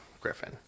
Griffin